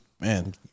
Man